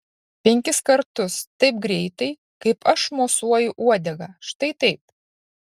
penkis kartus taip greitai kaip aš mosuoju uodega štai taip